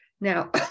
Now